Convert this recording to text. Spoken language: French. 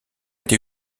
été